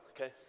okay